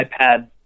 iPad